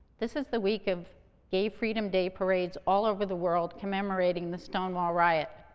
this is the week of gay freedom day parades all over the world, commemorating the stonewall riot.